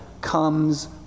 comes